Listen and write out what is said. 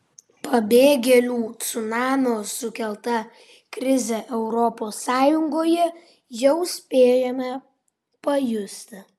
pabėgėlių cunamio sukeltą krizę europos sąjungoje jau spėjome pajusti